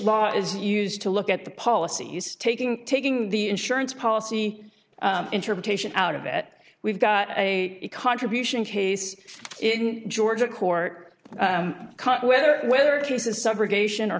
law is used to look at the policy taking taking the insurance policy interpretation out of it we've got a contribution case in georgia court whether whether